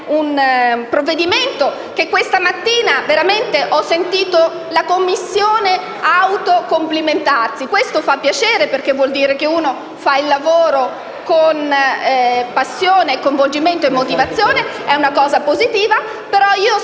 un provvedimento su cui questa mattina ho sentito la Commissione autocomplimentarsi. Questo fa piacere, perché vuole dire che lavorare con passione, coinvolgimento e motivazione è una cosa positiva;